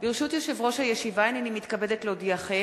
ברשות יושב-ראש הישיבה, הנני מתכבדת להודיעכם,